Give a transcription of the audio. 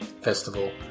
festival